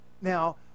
Now